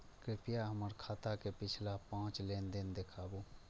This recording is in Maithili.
कृपया हमरा हमर खाता के पिछला पांच लेन देन दिखाबू